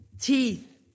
teeth